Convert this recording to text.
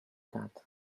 that